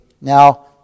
Now